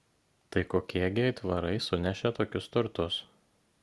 tai kokie gi aitvarai sunešė tokius turtus